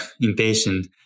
impatient